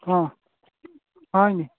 অঁ হয়নি